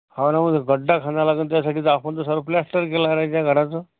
हा ना मग तो खड्डा खंदाया लागेल त्यासाठी आपण तर सारं प्लास्टर केलं रे त्या घराचं